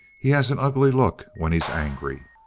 he has an ugly look when he's angry.